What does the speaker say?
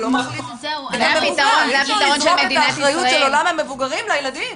אי אפשר לזרוק את האחריות של עולם המבוגרים לילדים.